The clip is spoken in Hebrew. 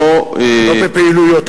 לא בפעילויות.